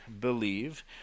believe